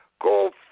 go